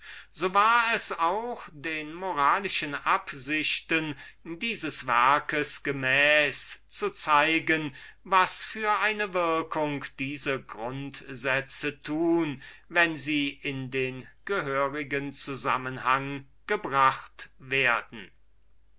so war es auch in dem plan der moralischen absichten welche wir uns bei diesem werke vorgesetzt haben zu zeigen was für einen effekt diese grundsätze machen wenn sie in den gehörigen zusammenhang gebracht werden